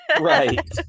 right